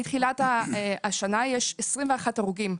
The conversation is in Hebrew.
מתחילת השנה יש 21 הרוגים.